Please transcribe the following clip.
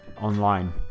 online